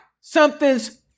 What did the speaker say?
something's